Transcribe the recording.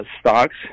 Stocks